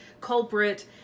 culprit